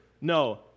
No